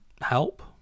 help